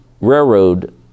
railroad